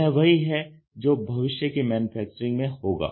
यह वही है जो भविष्य की मैन्युफैक्चरिंग में होगा